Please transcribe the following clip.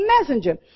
messenger